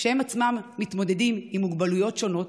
שהם עצמם מתמודדים עם מוגבלויות שונות,